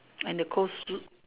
and the colesl~